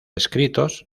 escritos